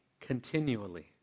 continually